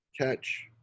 catch